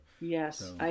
Yes